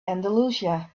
andalusia